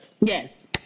yes